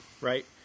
right